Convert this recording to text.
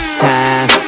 time